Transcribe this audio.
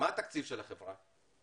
מה התקציב של החברה?